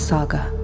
Saga